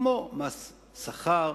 כמו מס שכר,